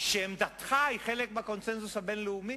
שעמדתך היא חלק מהקונסנזוס הבין-לאומי.